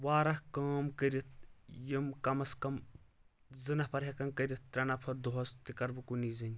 واریاہ کٲم کٔرتھ یِم کم از کم زٕ نفر ہٮ۪کن کٔرتھ ترٛےٚ نفر دۄہس تہِ کرٕ بہٕ کُنی زٔنۍ